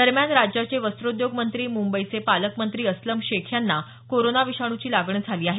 दरम्यान राज्याचे वस्त्रोद्योग मंत्री मुंबईचे पालकमंत्री अस्लम शेख यांना कोरोना विषाणूची लागण झाली आहे